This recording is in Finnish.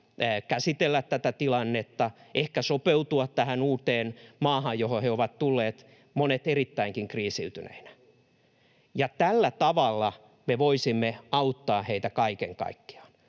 käsitellä tätä tilannetta, ehkä sopeutua tähän uuteen maahan, johon he ovat tulleet, monet erittäinkin kriisiytyneinä. Tällä tavalla me voisimme auttaa heitä kaiken kaikkiaan.